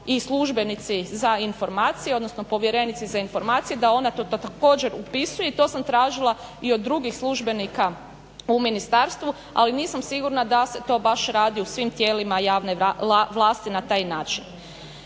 i službenici za informacije, odnosno povjerenici za informacije da ona to također upisuje i to sam tražila i od drugih službenika u ministarstvu, ali nisam sigurna da se to baš radi u svim tijelima javne vlasti na taj način.